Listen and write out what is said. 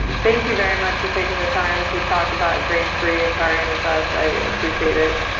thank you very much for taking the time to talk about grain free and taurine with us, i appreciate it.